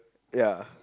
ya